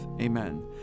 Amen